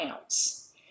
ounce